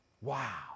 wow